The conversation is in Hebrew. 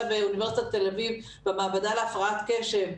באוניברסיטת תל אביב במעבדה להפרעת קשב,